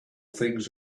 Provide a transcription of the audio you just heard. things